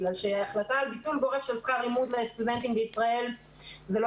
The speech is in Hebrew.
החלטה על ביטול גורף של שכר הלימוד לסטודנטים בישראל זה לא